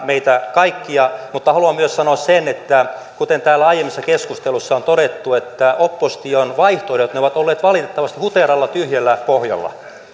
meitä kaikkia mutta haluan myös sanoa sen että kuten täällä aiemmissa keskusteluissa on todettu opposition vaihtoehdot ovat olleet valitettavasti huteralla tyhjällä pohjalla